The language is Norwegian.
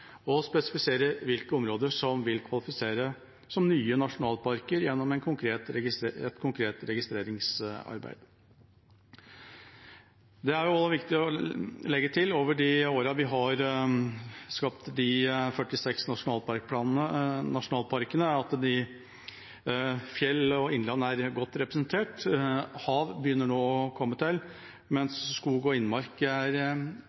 og spesifisere hvilke områder som vil kvalifisere til nye nasjonalparker, gjennom et konkret registreringsarbeid. Det er viktig å legge til at over de årene vi har skapt de 46 nasjonalparkene, er fjell og innland godt representert. Hav begynner nå å komme til, mens skog og innmark er